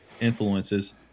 influences